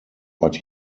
but